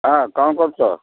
ହଁ କ'ଣ କରୁଛ